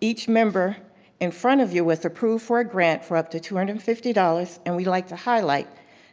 each member in front of you was approved for a grant for up to two hundred and fifty dollars and we like to highlight